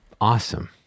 awesome